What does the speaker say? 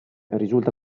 risulta